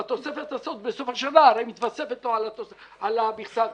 והתוספת הזו בסופו של דבר מתווספת לו על המכסה הקיימת.